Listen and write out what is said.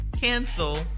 Cancel